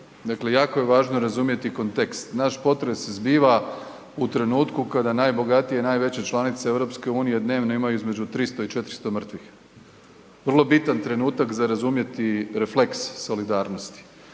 dakle jako je važno razumjeti kontekst. Naš potres se zbiva u trenutku kada najbogatije i najveće članice EU dnevno imaju između 300 i 400 mrtvih, vrlo bitan trenutak za razumjeti refleks solidarnosti.